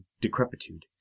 decrepitude